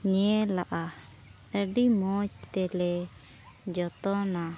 ᱧᱮᱞᱟ ᱟᱹᱰᱤ ᱢᱚᱡᱽ ᱛᱮᱞᱮ ᱡᱚᱛᱚᱱᱟ